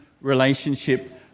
relationship